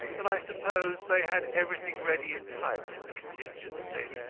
but i suppose they had everything ready in type for the contingency.